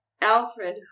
Alfred